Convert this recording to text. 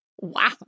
wow